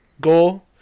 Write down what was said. goal